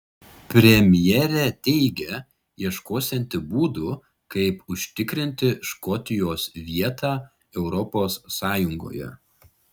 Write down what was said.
premjerė teigia ieškosianti būdų kaip užtikrinti škotijos vietą europos sąjungoje